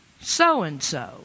so-and-so